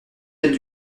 être